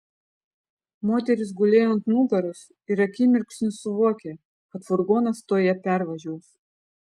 moteris gulėjo ant nugaros ir akimirksniu suvokė kad furgonas tuoj ją pervažiuos